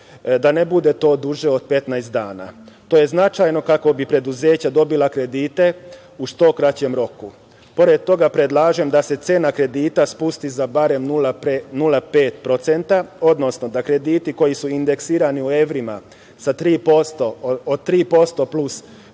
da ne bude to duže od 15 dana. To je značajno kako bi preduzeća dobila kredite u što kraćem roku. Pored toga predlažem da se cena kredita spusti za barem 0,5%, odnosno da krediti koji su indeksirani u evrima od 3% plus